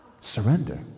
Surrender